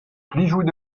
plijout